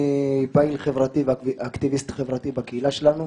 אני פעיל חברתי ואקטיביסט חברתי בקהילה שלנו.